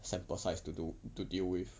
sample size to do to deal with